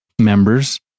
members